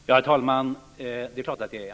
Herr talman! Det är klart att jag är.